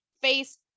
face